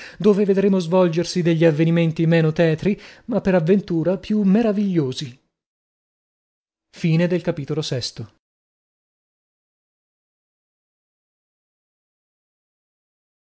dove vedremo svolgersi degli avvenimenti meno tetri ma per avventura più meravigliosi